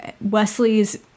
Wesley's